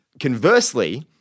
conversely